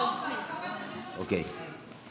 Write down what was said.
אלא להפך, החוק, והרחבת הדיור הציבורי.